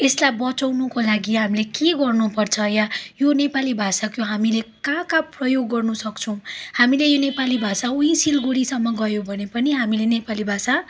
यसलाई बचाउनुको लागि हामीले के गर्नुपर्छ यो नेपाली भाषाको हामीले कहाँ कहाँ प्रयोग गर्नुसक्छौँ हामीले यो नेपाली भाषा उहीँ सिलगढीसम्म गयौँ भने पनि हामीले नेपाली भाषा